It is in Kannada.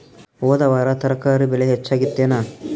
ಹೊದ ವಾರ ತರಕಾರಿ ಬೆಲೆ ಹೆಚ್ಚಾಗಿತ್ತೇನ?